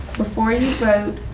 before you vote,